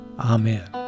Amen